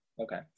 Okay